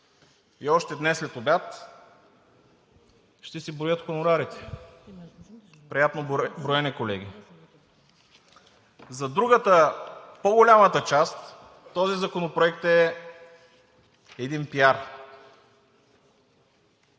Още днес – следобед, ще си броят хонорарите. Приятно броене, колеги. За другата – по-голямата част, този законопроект е един пиар.